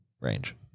range